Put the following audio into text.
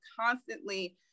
constantly